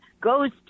goes